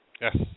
Yes